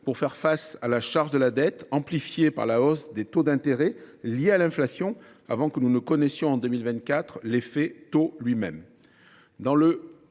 pour faire face à la charge de la dette, amplifiée par la hausse des taux d’intérêt liée à l’inflation, avant que nous ne connaissions en 2024 l’effet de taux lui même.